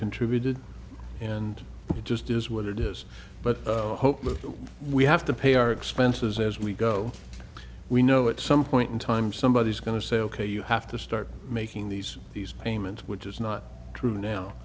contributed and it just is what it is but i hope we have to pay our expenses as we go we know at some point in time somebody is going to say ok you have to start making these these payments which is not true